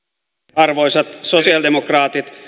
arvoisat sosialidemokraatit